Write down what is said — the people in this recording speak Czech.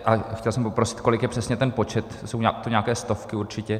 A chtěl jsem poprosit, kolik je přesně ten počet, jsou to nějaké stovky určitě.